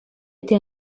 été